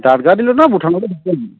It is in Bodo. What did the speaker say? दादगारिल' ना भुटानआवबो हाबगोन